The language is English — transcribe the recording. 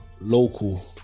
local